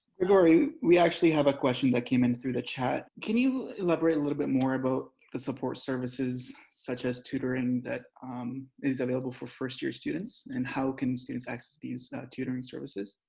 grigori, we actually have a question that came in through the chat. can you elaborate a little bit more about the support services such as tutoring that is available for first year students, and how can students access these tutoring services?